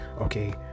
okay